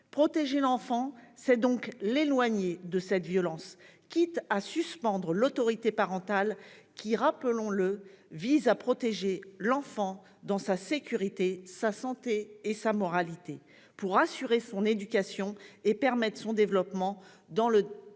Protéger l'enfant, c'est donc l'éloigner de cette violence, quitte à suspendre l'autorité parentale qui, rappelons-le, vise à protéger l'enfant, sa sécurité, sa santé et sa moralité, afin de garantir son éducation et de permettre son développement dans le respect